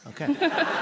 Okay